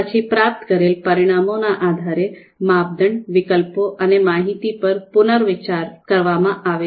પછી પ્રાપ્ત કરેલ પરિણામોના આધારે માપદંડ વિકલ્પો અને માહિતી પર પુનર્વિચાર કરવામાં આવે છે